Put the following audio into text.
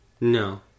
No